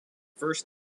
first